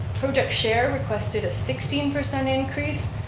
project share requested a sixteen percent increase.